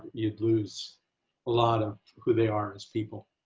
you'd lose a lot of who they are as people.